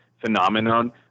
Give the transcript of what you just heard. phenomenon